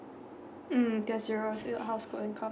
mm that's your of your house for income